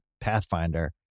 pathfinder